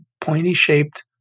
pointy-shaped